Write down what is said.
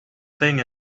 thing